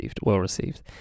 well-received